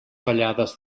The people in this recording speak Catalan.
fallades